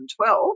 2012